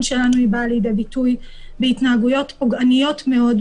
שלנו היא באה לידי ביטוי בהתבטאויות פוגעניות מאוד,